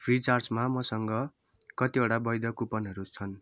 फ्रिचार्जमा मसँग कतिवटा वैध कुपनहरू छन्